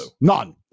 None